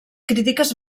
crítiques